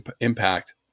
impact